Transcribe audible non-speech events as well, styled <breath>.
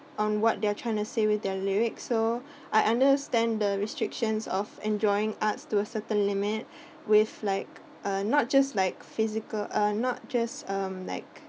on what they're trying to say with their lyrics so <breath> I understand the restrictions of enjoying arts to a certain limit <breath> with like uh not just like physical uh not just um like